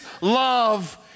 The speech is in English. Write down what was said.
love